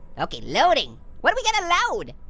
okay, loading. what are we gonna load?